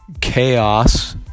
chaos